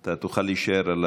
אתה תוכל להישאר על